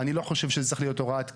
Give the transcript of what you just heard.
אני לא חושב שזה צריך להיות הוראת קבע,